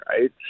right